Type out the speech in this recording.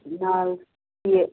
ਇਹਦੇ ਨਾਲ